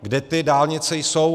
Kde ty dálnice jsou?